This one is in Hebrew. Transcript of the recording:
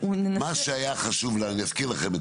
מה שהיה חשוב אני אזכיר לכם,